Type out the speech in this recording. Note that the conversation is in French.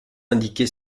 indiqué